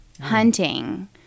hunting